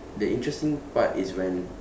the interesting part is when